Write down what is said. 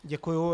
Děkuju.